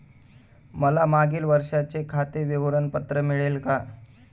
मला मागील वर्षाचे खाते विवरण पत्र मिळेल का?